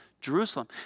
Jerusalem